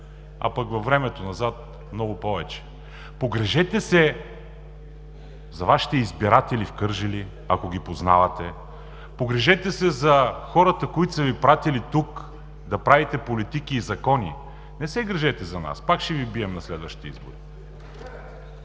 а пък във времето назад – много повече. Погрижете се за Вашите избиратели в гр. Кърджали, ако ги познавате. Погрижете се за хората, които са Ви пратили тук да правите политики и закони. Не се грижете за нас. Пак ще Ви бием на следващите избори.